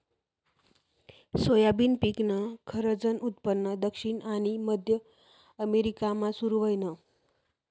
soybean पिकनं खरंजनं उत्पन्न दक्षिण आनी मध्य अमेरिकामा सुरू व्हयनं